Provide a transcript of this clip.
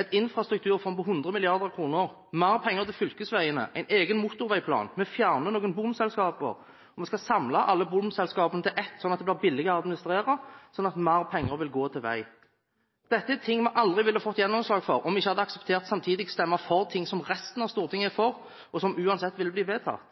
et infrastrukturfond på 100 mrd. kr, mer penger til fylkesveiene, en egen motorveiplan, vi fjerner noen bomselskaper, og vi skal samle alle bomselskapene til ett, sånn at det blir billigere å administrere, sånn at mer penger vil gå til vei. Dette er ting vi aldri ville fått gjennomslag for, om vi ikke hadde akseptert samtidig å stemme for ting som resten av Stortinget er for, og som uansett ville blitt vedtatt.